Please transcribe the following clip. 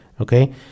Okay